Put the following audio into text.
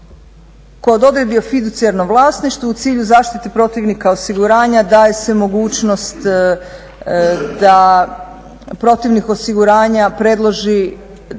Kod odredbi o fiducijarnom vlasništvu u cilju zaštite protivnika osiguranja daje se mogućnost da protivnik osiguranja predloži